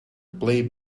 play